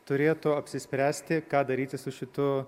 turėtų apsispręsti ką daryti su šitu